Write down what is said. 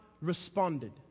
responded